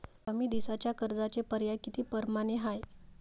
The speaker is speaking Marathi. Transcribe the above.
कमी दिसाच्या कर्जाचे पर्याय किती परमाने हाय?